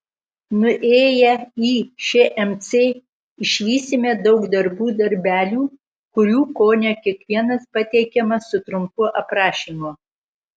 nuėję į šmc išvysime daug darbų darbelių kurių kone kiekvienas pateikiamas su trumpu aprašymu